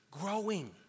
growing